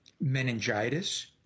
meningitis